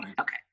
Okay